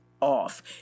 off